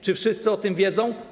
Czy wszyscy o tym wiedzą?